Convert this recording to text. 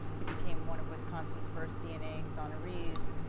he became one of wisconsin's first d n a. exonries,